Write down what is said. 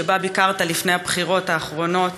שבה ביקרת לפני הבחירות האחרונות